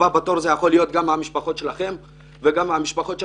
הבא בתור יכול להיות מהמשפחה שלכם וגם מהמשפחות של